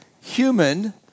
Human